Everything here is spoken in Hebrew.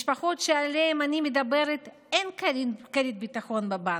למשפחות שעליהן אני מדברת אין כרית ביטחון בבנק,